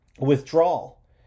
Withdrawal